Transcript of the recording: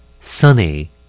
Sunny